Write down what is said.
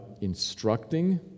instructing